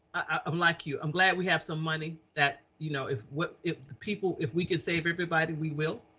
i'm like you, i'm glad we have some money that, you know, if what if the people, if we can save everybody, we will.